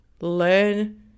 learn